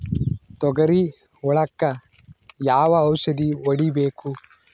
ತೊಗರಿ ಹುಳಕ ಯಾವ ಔಷಧಿ ಹೋಡಿಬೇಕು?